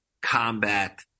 combat